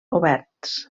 oberts